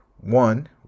one